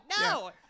no